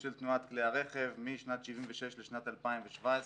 של תנועת כלי הרכב משנת 76' לשנת 2017,